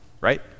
right